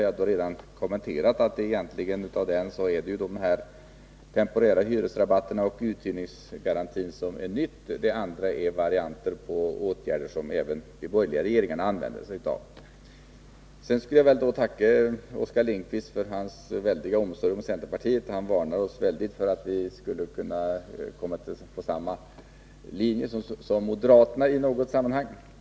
Jag har redan kommenterat att av denna är det egentligen bara de temporära hyresrabatterna och uthyrningsgarantin som är nytt — det andra är varianter på åtgärder som även de borgerliga regeringarna använde sig av. Sedan skulle jag väl tacka Oskar Lindkvist för hans vänliga omsorg om centerpartiet, då han kraftigt varnar oss för att komma in på samma linje som moderaterna i något sammanhang.